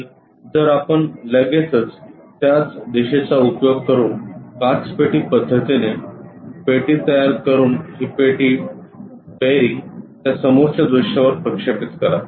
आणि जर आपण लगेचच त्याच दिशेचा उपयोग करून काचपेटी पद्धतीने पेटी तयार करून ही पेटी आह बेअरिंग त्या समोरच्या दृश्यावर प्रक्षेपित करा